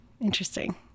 Interesting